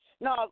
No